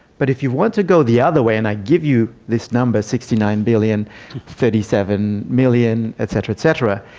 but if you want to go the other way and i give you this number, sixty nine billion thirty seven million et cetera, et cetera,